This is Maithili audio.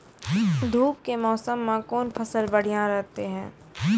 धूप के मौसम मे कौन फसल बढ़िया रहतै हैं?